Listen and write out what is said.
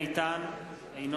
אינו